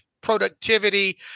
productivity